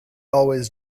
always